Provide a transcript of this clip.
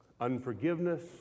unforgiveness